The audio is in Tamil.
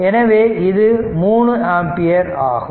எனவே இது 3 ஆம்பியர் ஆகும்